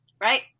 right